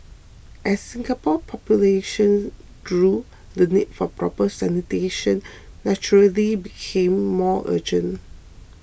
as Singapore's population grew the need for proper sanitation naturally became more urgent